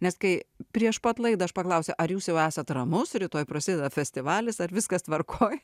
nes kai prieš pat laidą aš paklausiau ar jūs jau esate ramus rytoj prasideda festivalis ar viskas tvarkoje